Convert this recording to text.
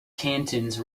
cantons